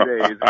days